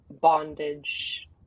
bondage